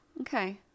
Okay